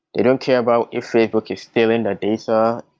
they don't care about if facebook is still in the data,